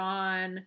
on